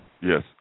Yes